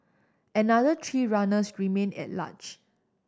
another three runners remain at large